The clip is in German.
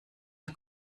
der